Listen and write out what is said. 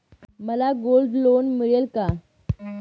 मला gold loan मिळेल का?